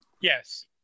Yes